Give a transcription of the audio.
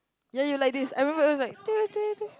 ya you like this I remember it was like